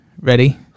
Ready